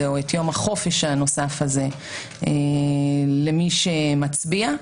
או את יום החופש הנוסף הזה למי שמצביע,